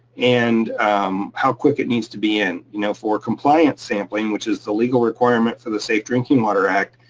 and how quick it needs to be in. you know for compliance sampling, which is the legal requirement for the safe drinking water act,